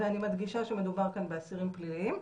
ואני מדגישה שמדובר כאן באסירים פליליים.